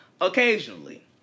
occasionally